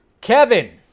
Kevin